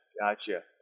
Gotcha